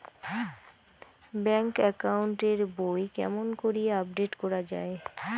Bank account এর বই কেমন করি আপডেট করা য়ায়?